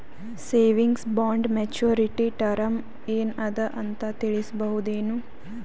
Savings bond maturity term ಏನ ಅದ ಅಂತ ತಿಳಸಬಹುದೇನು?